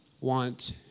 want